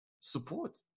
support